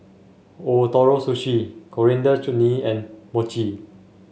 Ootoro Sushi Coriander Chutney and Mochi